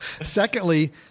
secondly